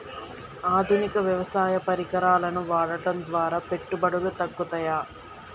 ఆధునిక వ్యవసాయ పరికరాలను వాడటం ద్వారా పెట్టుబడులు తగ్గుతయ?